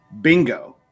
bingo